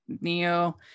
neo